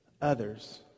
others